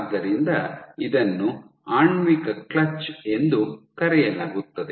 ಆದ್ದರಿಂದ ಇದನ್ನು ಆಣ್ವಿಕ ಕ್ಲಚ್ ಎಂದು ಕರೆಯಲಾಗುತ್ತದೆ